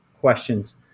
questions